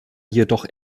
jedoch